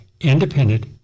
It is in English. independent